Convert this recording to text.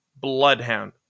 Bloodhound